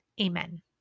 Amen